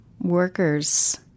workers